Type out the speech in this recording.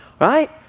right